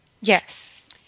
Yes